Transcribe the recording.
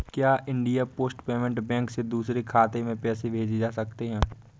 क्या India post payment bank से दूसरे खाते में पैसे भेजे जा सकते हैं?